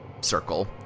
circle